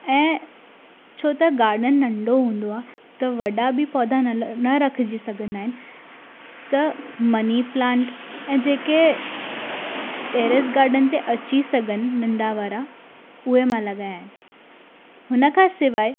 ऐं छो त गार्डन नंढो हूंदो आहे त वॾा बि पौधा न रखिजी सघंदा आहिनि त मनीप्लांट ऐं जेके टैरिस गार्डन ते अची सघनि नंढा वारा उहे मां लगाया हुन खां सवाइ